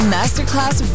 Masterclass